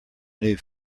new